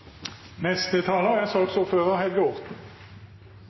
neste taler er